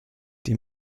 die